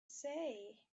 say